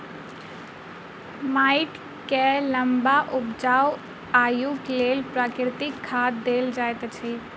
माइट के लम्बा उपजाऊ आयुक लेल प्राकृतिक खाद देल जाइत अछि